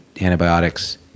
antibiotics